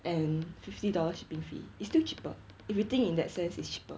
and fifty dollars shipping fee is still cheaper if you think in that sense is cheaper